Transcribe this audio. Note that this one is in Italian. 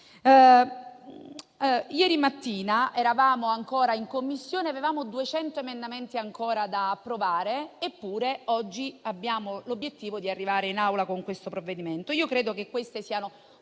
Ieri mattina eravamo in Commissione e avevamo ancora duecento emendamenti da approvare, eppure oggi abbiamo l'obiettivo di arrivare in Aula con questo provvedimento.